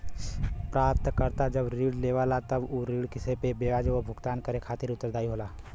प्राप्तकर्ता जब ऋण लेवला तब उ ऋण पे ब्याज क भुगतान करे खातिर उत्तरदायी होला